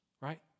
right